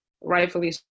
rightfully